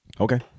Okay